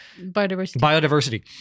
biodiversity